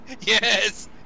Yes